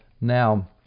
Now